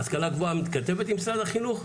ההשכלה הגבוהה מתכתבת עם משרד החינוך,